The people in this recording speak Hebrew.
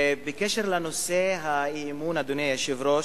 ובנושא האי-אמון, אדוני היושב-ראש,